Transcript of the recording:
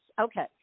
Okay